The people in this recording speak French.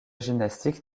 gymnastique